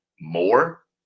more